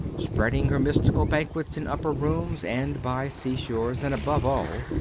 spreading her mystical banquets in upper rooms and by sea shores and, above all,